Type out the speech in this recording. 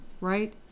right